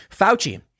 Fauci